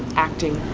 acting